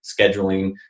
scheduling